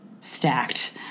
stacked